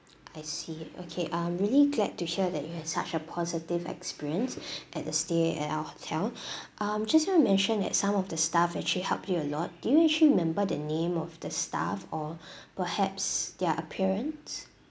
I see okay I'm really glad to hear that you had such a positive experience at the stay at our hotel um just now you mentioned that some of the staff actually help you a lot do you actually remember the name of the staff or perhaps their appearance